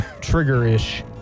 trigger-ish